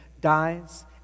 dies